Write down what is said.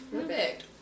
Perfect